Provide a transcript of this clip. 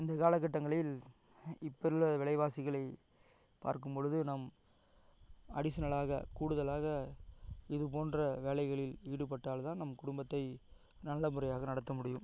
இந்த காலகட்டங்களில் இப்போ உள்ள விலைவாசிகளை பார்க்கும்பொழுது நாம் அடிஷ்னலாக கூடுதலாக இது போன்ற வேலைகளில் ஈடுபட்டால் தான் நம் குடும்பத்தை நல்லமுறையாக நடத்த முடியும்